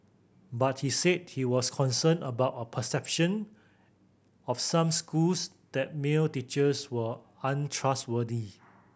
but he said he was concerned about a perception of some schools that male teachers were untrustworthy